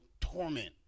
torment